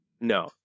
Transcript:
No